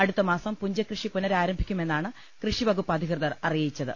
അടുത്തമാസം പുഞ്ചകൃഷി പുനരാരംഭിക്കുമെന്നാണ് കൃഷിവകുപ്പ് അധികൃതർ അറിയിച്ചത്